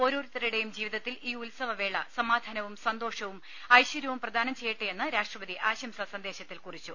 ഓരോരുത്തരുടെയും ജീവിതത്തിൽ ഈ ഉത്സവ വേള സമാധാനവും സന്തോഷവും ഐശ്ചര്യവും പ്രദാനം ചെയ്യട്ടെയെന്ന് രാഷ്ട്രപതി ആശംസാ സന്ദേശത്തിൽ കുറിച്ചു